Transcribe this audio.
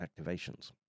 activations